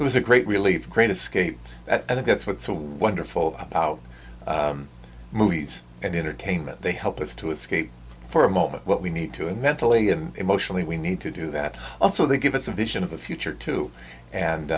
it was a great relief great escape i think that's what's so wonderful about movies and entertainment they help us to escape for a moment what we need to and mentally and emotionally we need to do that also they give us a vision of the future too and